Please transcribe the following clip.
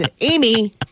Amy